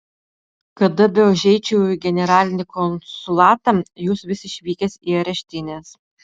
kada beužeičiau į generalinį konsulatą jūs vis išvykęs į areštines